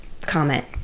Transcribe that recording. comment